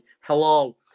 hello